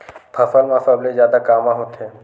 फसल मा सबले जादा कामा होथे?